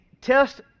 test